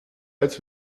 als